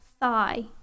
thigh